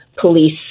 police